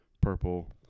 purple